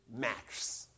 max